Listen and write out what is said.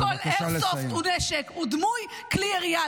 לא כל איירסופט הוא נשק, הוא דמוי כלי ירייה.